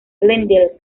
glendale